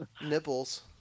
nipples